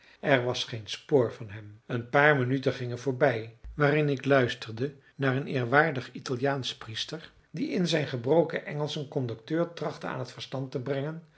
er was geen spoor van hem een paar minuten gingen voorbij waarin ik luisterde naar een eerwaardig italiaansch priester die in zijn gebroken engelsch een conducteur trachtte aan t verstand te brengen